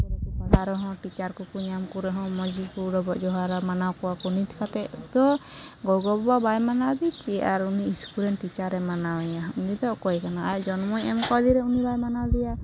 school ᱠᱨᱮᱠᱚ ᱯᱟᱲᱦᱟᱜ ᱨᱮᱦᱚᱸ ᱴᱤᱪᱟᱨᱠᱚᱠᱚ ᱧᱟᱢᱠᱚᱨᱮᱦᱚᱸ ᱢᱚᱡᱽᱜᱮᱠᱚ ᱰᱚᱵᱚᱜᱼᱡᱚᱦᱟᱨᱟ ᱢᱟᱱᱟᱣ ᱠᱚᱣᱟᱠᱚ ᱱᱤᱛ ᱠᱟᱛᱮᱫ ᱫᱚ ᱜᱚᱜᱚᱼᱵᱟᱵᱟ ᱵᱟᱭ ᱢᱟᱱᱟᱣᱜᱮ ᱪᱮᱫ ᱟᱨ ᱩᱱᱤ ᱤᱥᱠᱩᱞᱨᱮᱱ ᱴᱤᱪᱟᱨᱮ ᱢᱟᱱᱟᱣᱮᱭᱟ ᱩᱱᱤᱫᱚ ᱚᱠᱚᱭ ᱠᱟᱱᱟ ᱟᱡ ᱡᱚᱱᱢᱚᱭ ᱮᱢᱟᱠᱟᱣᱫᱮ ᱨᱮᱦᱚᱸ ᱩᱱᱤ ᱵᱟᱭ ᱢᱟᱱᱟᱣ ᱮᱫᱮᱭᱟ